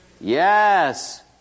Yes